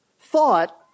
thought